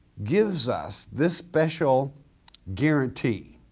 gives us this special guarantee